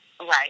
Right